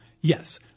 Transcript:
yes